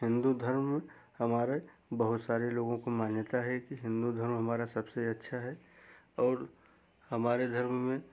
हिन्दू धर्म हमारा बहुत सारे लोगों को मान्यता है कि हिन्दू धर्म हमारा सबसे अच्छा है और हमारे धर्म में